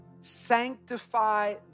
Sanctify